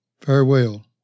Farewell